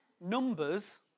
numbers